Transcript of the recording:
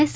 S